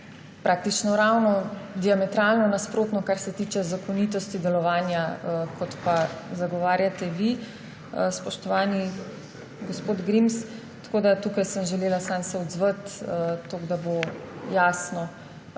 Praktično ravno diametralno nasprotno, kar se tiče zakonitosti delovanja, kot pa zagovarjate vi, spoštovani gospod Grims. Tukaj sem se želela samo se odzvati, toliko da bo jasno,